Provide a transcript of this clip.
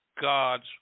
God's